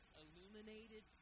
illuminated